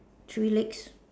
tree legs